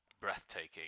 breathtaking